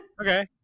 Okay